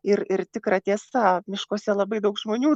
ir ir tikra tiesa miškuose labai daug žmonių